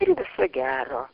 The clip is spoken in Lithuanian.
ir viso gero